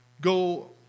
go